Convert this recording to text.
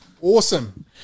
Awesome